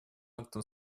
актом